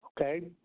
Okay